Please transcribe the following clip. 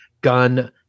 Gun